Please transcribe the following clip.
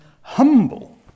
humble